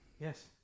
Yes